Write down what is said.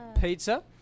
Pizza